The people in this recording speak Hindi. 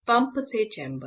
पंप से चैंबर